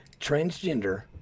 transgender